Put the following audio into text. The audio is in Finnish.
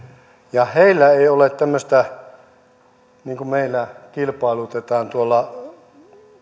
ja heillä ei ole tämmöistä niin kuin meillä että kilpailutetaan tuolla